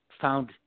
found